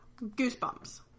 Goosebumps